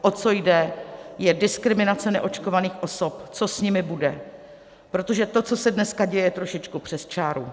O co jde, je diskriminace neočkovaných osob, co s nimi bude, protože to, co se dneska děje, je trošičku přes čáru.